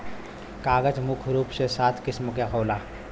कागज मुख्य रूप से सात किसिम क होला